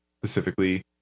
specifically